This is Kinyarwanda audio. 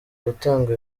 gutanga